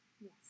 Yes